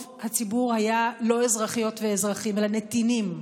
הציבור היה לא אזרחיות ואזרחים אלא נתינים,